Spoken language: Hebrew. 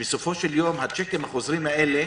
שבסופו של יום, הצ'קים החוזרים האלה,